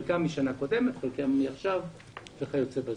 חלקם משנה קודמת וחלקם מהשנה וכיוצא בזה.